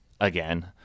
again